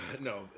No